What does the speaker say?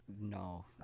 No